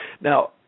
Now